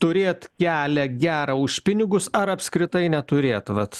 turėt kelią gerą už pinigus ar apskritai neturėt vat